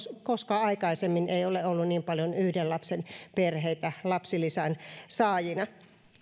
koskaan aikaisemmin ei ole ollut niin paljon yhden lapsen perheitä lapsilisän saajina